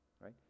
right